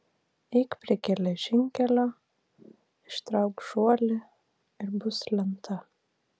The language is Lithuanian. eik prie geležinkelio ištrauk žuolį ir bus lenta